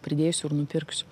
pridėsiu ir nupirksiu